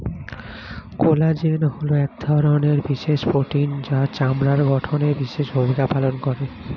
collagen হলো এক ধরনের বিশেষ প্রোটিন যা চামড়ার গঠনে বিশেষ ভূমিকা পালন করে